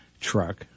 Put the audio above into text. truck